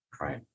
Right